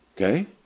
Okay